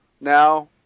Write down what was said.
now